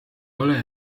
ole